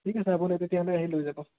ঠিক আছে আপুনি তেতিয়াহ'লে আহি লৈ যাব